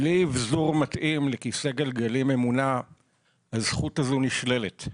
בלי אבזור מתאים לכיסא גלגלים ממונע הזכות הזו נשללת,